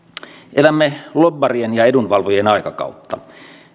elämme lobbarien ja edunvalvojien aikakautta